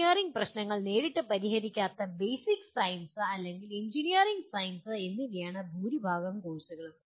engineering പ്രശ്നങ്ങൾ നേരിട്ട് പരിഹരിക്കാത്ത ബേസിക് സയൻസസ് അല്ലെങ്കിൽ എഞ്ചിനീയറിംഗ് സയൻസസ് എന്നിവയാണ് ഭൂരിഭാഗം കോഴ്സുകളും